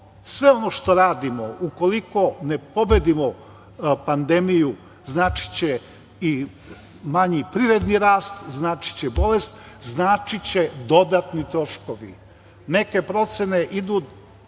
ono što radimo, ukoliko ne pobedimo pandemiju, značiće i manji privredni rast, značiće bolest, značiće dodatni troškovi. Neke procene idu